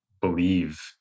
believe